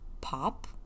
pop